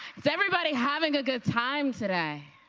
is everybody having a good time today?